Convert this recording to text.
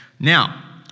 Now